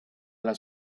alla